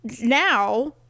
now